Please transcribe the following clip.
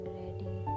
ready